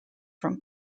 from